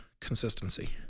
consistency